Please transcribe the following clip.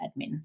admin